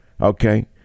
Okay